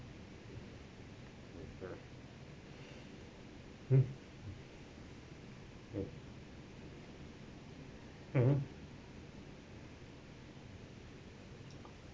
mm mm mmhmm